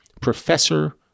professor